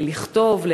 לכתוב,